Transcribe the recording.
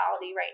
right